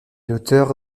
l’auteur